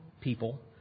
people